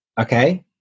okay